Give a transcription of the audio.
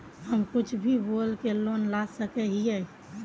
हम कुछ भी बोल के लोन ला सके हिये?